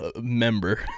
Member